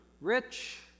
Rich